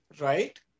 Right